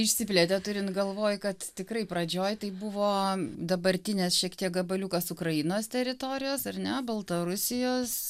išsiplėtė turint galvoj kad tikrai pradžioj tai buvo dabartinės šiek tiek gabaliukas ukrainos teritorijos ar ne baltarusijos